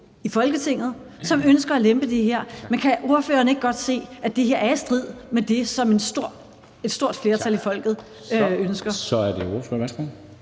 i Folketinget, som ønsker at lempe det her. Men kan ordføreren ikke godt se, at det her er i strid med det, som et stort flertal af folket ønsker? Kl.